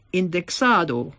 indexado